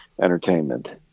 entertainment